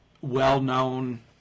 well-known